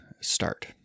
start